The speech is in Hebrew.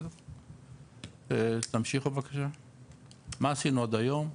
מה עשינו עד היום,